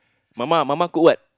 Mama Mama cook what